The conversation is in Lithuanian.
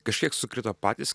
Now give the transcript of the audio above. kažkiek sukrito patys